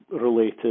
related